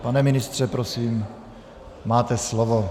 Pane ministře, prosím, máte slovo.